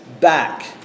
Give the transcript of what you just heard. back